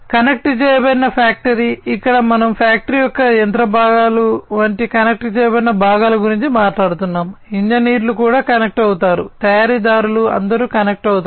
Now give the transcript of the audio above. connect చేయబడిన factory ఇక్కడ మనము ఫ్యాక్టరీ యొక్క యంత్ర భాగాలు వంటి కనెక్ట్ చేయబడిన భాగాల గురించి మాట్లాడుతున్నాము ఇంజనీర్లు కూడా కనెక్ట్ అవుతారు తయారీదారులు అందరూ కనెక్ట్ అవుతారు